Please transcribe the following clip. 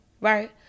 right